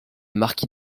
marquis